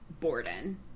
Borden